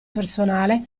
personale